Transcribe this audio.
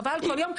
חבל על כל יום.